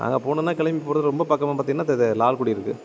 நாங்கள் போகணுன்னா கிளம்பி போகிறது ரொம்ப பக்கமாக பார்த்திங்கனா லால்குடி இருக்குது